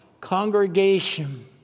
Congregation